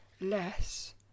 less